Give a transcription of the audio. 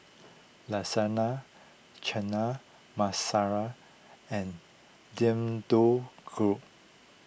Lasagna Chana Masala and Deodeok Gui